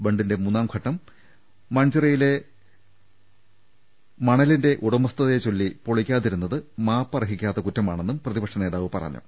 ബണ്ടിന്റെ മൂന്നാം ഘട്ടം മൺചിറയിലെ മണലിന്റെ ഉടമസ്ഥതയെച്ചൊല്ലി പൊളി ക്കാതിരുന്നത് മാപ്പർഹിക്കാത്ത കുറ്റമാണെന്നും പ്രതി പക്ഷ നേതാവ് പറഞ്ഞു